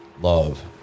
love